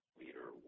leader